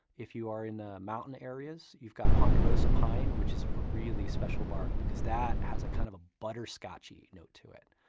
if you are in ah mountain areas, you've got ponderosa pine, which is a really special bark because that has kind of a butterscotchy note to it.